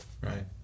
Right